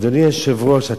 אדוני היושב-ראש,